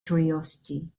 curiosity